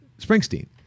Springsteen